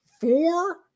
four